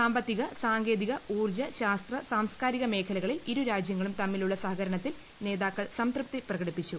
സാമ്പത്തിക സാങ്കേതിക ഊർജ്ജ ശാസ്ത്ര സാംസ്കാരിക മേഖലകളിൽ ഇരുരാജ്യങ്ങളും തമ്മിലുള്ള സഹകരണത്തിൽ നേതാക്കൾ സംതൃപ്തി പ്രകടിപ്പിച്ചു